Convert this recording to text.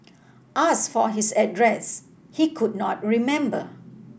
asked for his address he could not remember